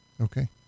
Okay